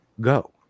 go